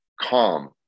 calm